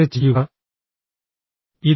തെറ്റ് ചെയ്യുക